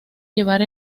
llevar